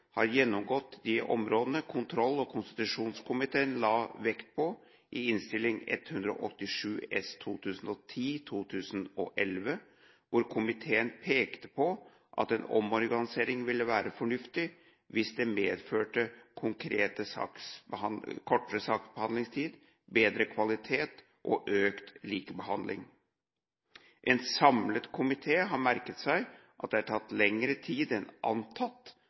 har gjennomgått de områdene kontroll- og konstitusjonskomiteen la vekt på i Innst. 187 S for 2010–2011, hvor komiteen pekte på at en omorganisering ville være fornuftig hvis det medførte kortere saksbehandlingstid, bedre kvalitet og økt likebehandling. En samlet komité har merket seg at det har tatt lengre tid enn antatt